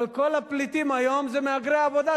כל הפליטים היום הם מהגרי עבודה.